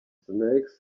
snake